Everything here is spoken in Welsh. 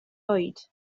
oed